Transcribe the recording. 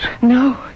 No